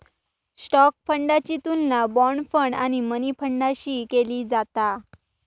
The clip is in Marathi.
स्टॉक फंडाची तुलना बाँड फंड आणि मनी फंडाशी केली जाता